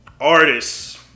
artists